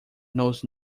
knows